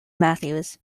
matthews